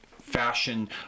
fashion